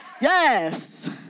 Yes